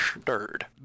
stirred